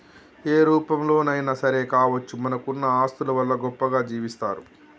ఏ రూపంలోనైనా సరే కావచ్చు మనకున్న ఆస్తుల వల్ల గొప్పగా జీవిస్తరు